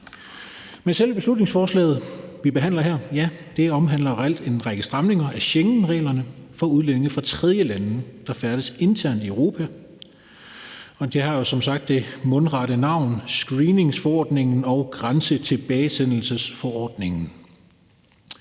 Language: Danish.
Selve beslutningsforslaget, vi behandler her, omhandler reelt en række stramninger af Schengenreglerne for udlændinge fra tredjelande, der færdes internt i Europa. Det har jo som sagt det mundrette navn screeningsforordningen og grænsetilbagesendelsesforordningen.